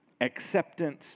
acceptance